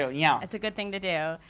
so yeah. that's a good thing to do,